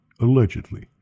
Allegedly